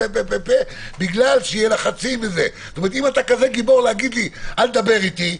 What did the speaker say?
אם אתה כזה גיבור לומר: אל תדבר איתי,